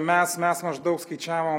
mes mes maždaug skaičiavom